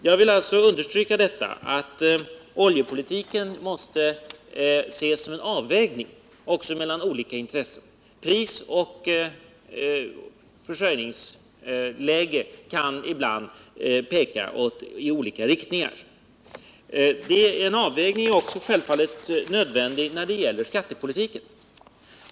Jag vill alltså understryka att oljepolitiken måste ses som en avvägning mellan olika intressen. Prisläget och försörjningsläget kan ibland peka i olika riktningar. En avvägning är självfallet också nödvändig när det gäller skattepolitiken.